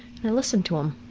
i listened to him.